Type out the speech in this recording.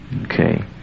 Okay